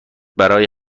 برای